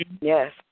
Yes